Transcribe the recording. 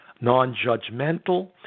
non-judgmental